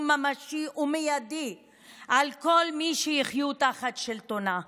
ממשי ומיידי על כל מי שיחיו תחת שלטונה.